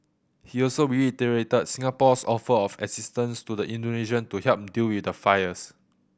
he also reiterated Singapore's offer of assistance to the Indonesian to help deal with the fires